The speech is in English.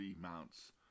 mounts